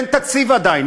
אין תקציב עדיין.